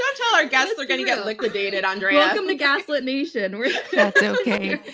yeah tell our guests they're going to get liquidated, andrea. welcome to gaslit nation. that's okay.